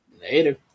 Later